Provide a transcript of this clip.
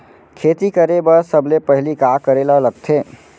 खेती करे बर सबले पहिली का करे ला लगथे?